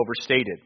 overstated